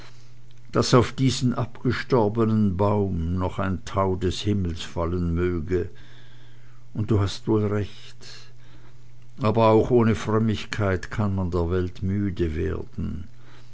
daß auf diesen abgestorbenen baum noch ein tau des himmels fallen möge und du hast wohl recht aber auch ohne frömmigkeit kann man der welt müde werden